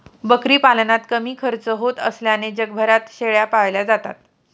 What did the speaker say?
बकरी पालनात कमी खर्च होत असल्याने जगभरात शेळ्या पाळल्या जातात